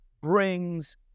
brings